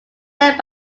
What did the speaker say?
led